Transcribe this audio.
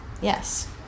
Yes